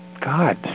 God